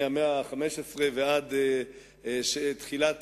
מהמאה ה-15 ועד תחילת